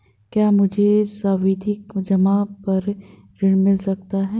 क्या मुझे सावधि जमा पर ऋण मिल सकता है?